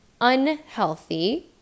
unhealthy